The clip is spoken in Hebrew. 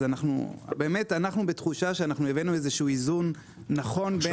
אנחנו בתחושה שהבאנו איזון נכון בין שתי המטרות.